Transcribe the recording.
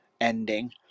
ending